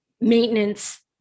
maintenance